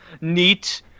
neat